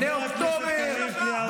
חבר הכנסת קריב, קריאה ראשונה.